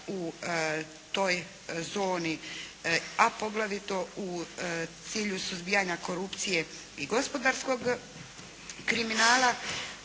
u toj zoni, a poglavito u cilju suzbijanja korupcije i gospodarskog kriminala.